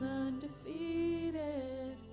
undefeated